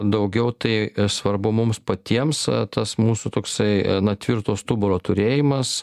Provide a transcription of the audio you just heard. daugiau tai svarbu mums patiems tas mūsų toksai na tvirto stuburo turėjimas